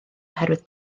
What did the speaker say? oherwydd